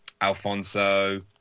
Alfonso